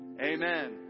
Amen